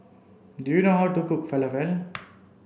do you know how to cook Falafel